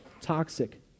toxic